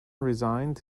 resigned